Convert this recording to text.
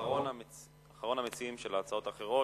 אחרון המציעים של ההצעות האחרות,